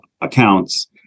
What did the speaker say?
accounts